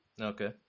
Okay